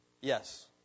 Yes